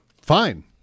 fine